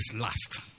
last